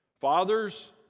Fathers